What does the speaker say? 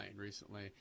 recently